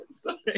Sorry